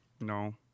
No